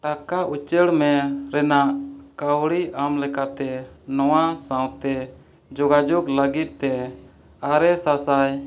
ᱴᱟᱠᱟ ᱩᱪᱟᱹᱲ ᱢᱮ ᱨᱮᱱᱟᱜ ᱠᱟᱹᱣᱰᱤ ᱟᱢ ᱞᱮᱠᱟᱛᱮ ᱱᱚᱣᱟ ᱥᱟᱶᱛᱮ ᱡᱳᱜᱟᱡᱳᱜᱽ ᱞᱟᱹᱜᱤᱫ ᱛᱮ ᱟᱨᱮ ᱥᱟᱥᱟᱭ